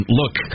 look